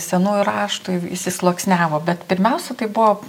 senųjų raštų įsisluoksniavo bet pirmiausia tai buvo